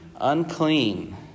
unclean